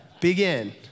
begin